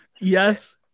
yes